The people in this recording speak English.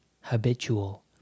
Habitual